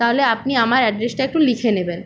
তাহলে আপনি আমার অ্যাড্রেসটা একটু লিখে নেবেন